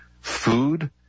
Food